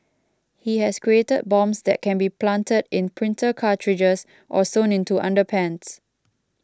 he has created bombs that can be planted in printer cartridges or sewn into underpants